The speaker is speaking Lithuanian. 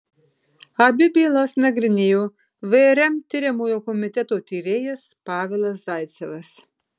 abi bylas nagrinėjo vrm tiriamojo komiteto tyrėjas pavelas zaicevas